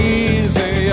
easy